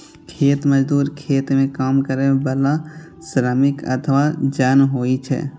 खेत मजदूर खेत मे काम करै बला श्रमिक अथवा जन होइ छै